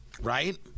right